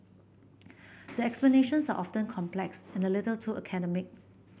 the explanations are often complex and a little too academic